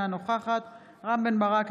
אינה נוכחת רם בן ברק,